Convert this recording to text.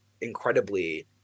incredibly